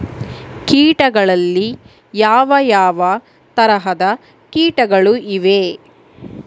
ಕೇಟಗಳಲ್ಲಿ ಯಾವ ಯಾವ ತರಹದ ಕೇಟಗಳು ಇವೆ?